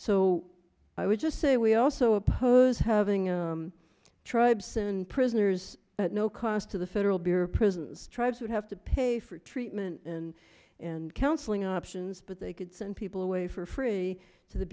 so i would just say we also oppose having a tribe seven prisoners at no cost to the federal bureau of prisons tribes would have to pay for treatment and and counseling options but they could send people away for free to the